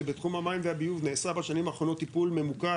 שבתחום המים והביוב נעשה בשנים האחרונות טיפול ממוקד